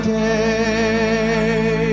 day